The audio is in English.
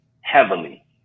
heavily